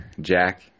Jack